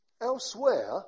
elsewhere